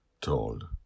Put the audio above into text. told